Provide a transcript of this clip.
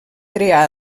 crear